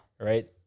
Right